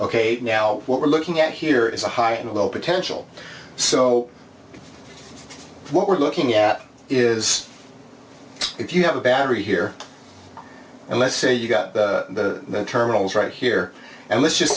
ok now what we're looking at here is a high and low potential so what we're looking at is if you have a battery here and let's say you've got the terminals right here and let's just